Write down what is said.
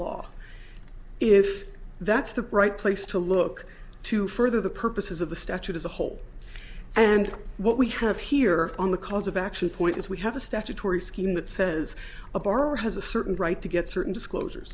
law if that's the right place to look to further the purposes of the statute as a whole and what we have here on the cause of action point is we have a statutory scheme that says a borrower has a certain right to get certain disclosure